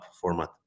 format